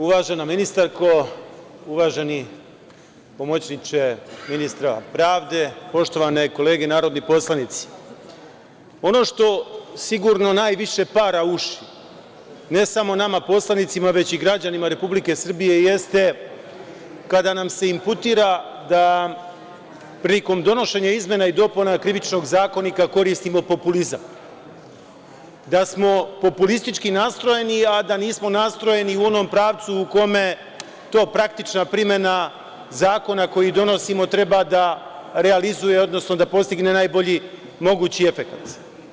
Uvažena ministarko, uvaženi pomočniće ministra pravde, poštovane kolege narodni poslanici, ono što sigurno najviše para uši ne samo nama poslanicima već i građanima Republike Srbije jeste kada nam se imputira da prilikom donošenja izmena i dopuna Krivičnog zakonika koristimo populizam, da smo populistički nastrojeni, a da nismo nastrojeni u onom pravcu u kome to praktična primena zakona koji donosimo treba da realizuje, odnosno postigne najbolji mogući efekat.